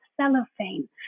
cellophane